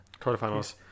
Quarterfinals